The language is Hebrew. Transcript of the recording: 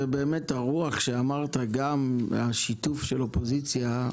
והרוח שאמרת לפיה גם שיתוף של האופוזיציה,